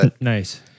Nice